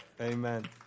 Amen